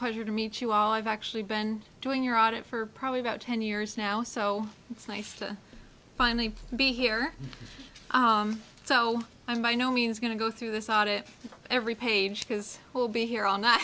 pleasure to meet you all i've actually been doing your audit for probably about ten years now so it's nice to finally be here so i'm by no means going to go through this audit every page because we'll be here on that